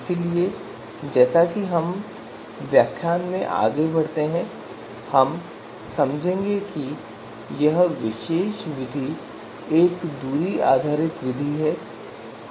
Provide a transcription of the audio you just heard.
इसलिए जैसा कि हम इस व्याख्यान में आगे बढ़ते हैं हम समझेंगे कि यह विशेष विधि एक दूरी आधारित विधि है